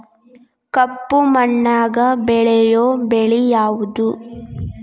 ಕಪ್ಪು ಮಣ್ಣಾಗ ಬೆಳೆಯೋ ಬೆಳಿ ಯಾವುದು?